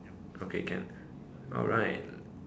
okay can alright